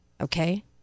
Okay